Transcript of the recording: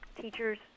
teachers